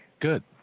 good